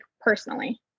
personally